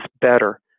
better